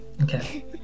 Okay